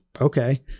okay